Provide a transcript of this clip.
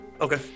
okay